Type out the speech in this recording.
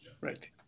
Right